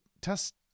test